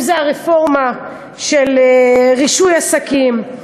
אם זה הרפורמה של רישוי עסקים,